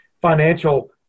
financial